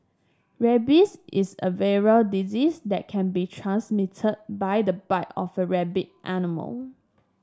rabies is a viral disease that can be transmitted by the bite of a rabid animal